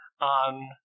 on